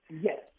yes